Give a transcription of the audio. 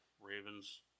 Ravens